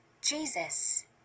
Jesus